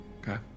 Okay